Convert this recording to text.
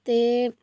ਅਤੇ